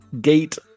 gate